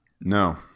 no